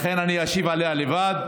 לכן אני אשיב עליה לבד.